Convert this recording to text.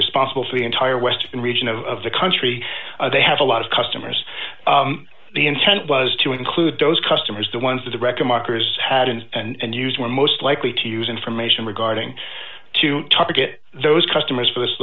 responsible for the entire western region of the country they have a lot of customers the intent was to include those customers the ones that the recommenders had and used were most likely to use information regarding to target those customers for this